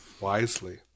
wisely